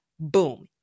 Boom